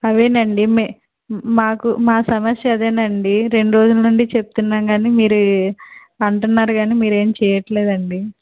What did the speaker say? అవేనండి మే మాకు మా సమస్య అదేనండి రెండు రోజుల్నుండి చెప్తున్నాం కాని మీరీ అంటున్నారు కాని మీరేం చేయట్లేదండి